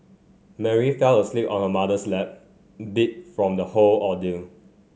Mary fell asleep on her mother's lap beat from the whole ordeal